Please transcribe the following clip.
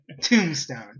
Tombstone